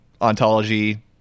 ontology